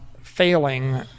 failing